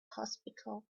hospital